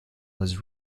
was